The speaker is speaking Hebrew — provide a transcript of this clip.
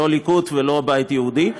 לא הליכוד ולא הבית היהודי.